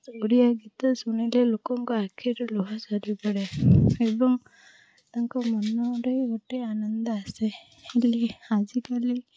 ଓଡ଼ିଆ ଗୀତ ଶୁଣିଲେ ଲୋକଙ୍କ ଆଖିରୁ ଲୁହ ଝରିପଡ଼େ ଏବଂ ତାଙ୍କ ମନରେ ଗୋଟେ ଆନନ୍ଦ ଆସେ ହେଲେ ଆଜିକାଲି